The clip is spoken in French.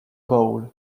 bowl